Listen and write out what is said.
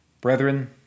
Brethren